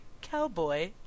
cowboy